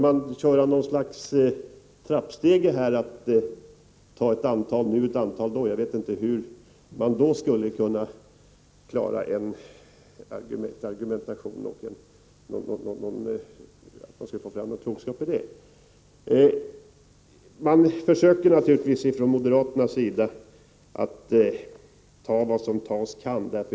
Jag förstår inte hur man skulle kunna motivera att genomföra det hela så att säga trappstegsvis och tillgodose en grupp först och en annan senare. Från moderaternas sida försöker man naturligtvis att ta vad som tagas kan.